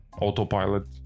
autopilot